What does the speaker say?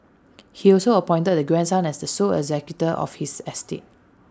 he also appointed the grandson as the sole executor of his estate